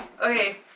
Okay